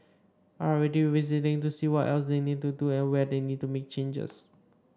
are already revisiting to see what else they need to do and where they need to make changes